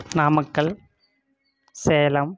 Namakkal Salem